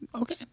Okay